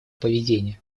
поведения